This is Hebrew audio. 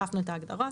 החלפנו את ההגדרות